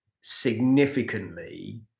significantly